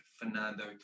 fernando